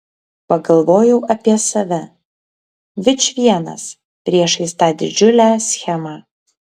pagalvojau apie save vičvienas priešais tą didžiulę schemą